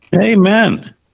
Amen